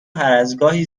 هرازگاهی